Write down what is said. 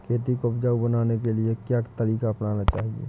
खेती को उपजाऊ बनाने के लिए क्या तरीका अपनाना चाहिए?